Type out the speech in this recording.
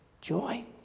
joy